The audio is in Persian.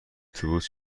اتوبوس